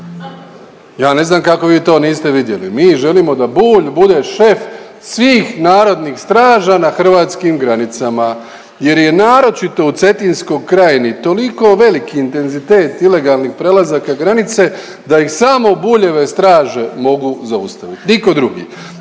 Ja ne znam kako vi to niste vidjeli, mi želimo da Bulj bude šef svih narodnih straža na hrvatskim granicama jer je naročito u cetinskoj krajini toliko velik intenzitet ilegalnih prelazaka granice da ih samo Buljeve straže mogu zaustavit, niko drugi